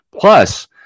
Plus